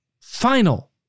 final